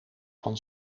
van